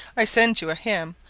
i send you a hymn,